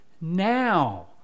now